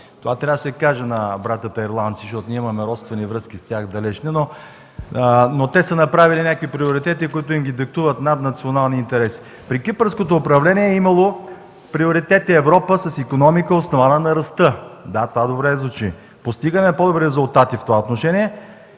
Това трябва да се каже на братята ирландци, защото ние имаме далечни родствени връзки с тях, но те са направили някакви приоритети, които ги диктуват наднационалните интереси. При Кипърското управление е имало приоритети: Европа с икономика, основана на ръста. Да, това добре звучи. Постигане на по-добри резултати в това отношение.